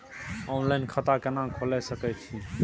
Online खाता केना खोले सकै छी?